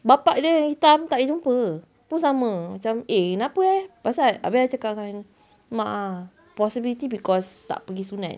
bapa dia dengan hitam tak boleh jumpa pun sama macam eh kenapa eh pasal habis kakak cakap dengan mak ah possibility because tak pergi sunat